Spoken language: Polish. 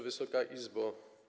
Wysoka Izbo!